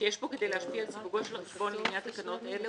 שיש בו כדי להשפיע על סיווגו של החשבון לעניין תקנות אלה,